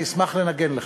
אני אשמח לנגן לך.